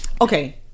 okay